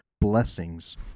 blessings